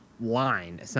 line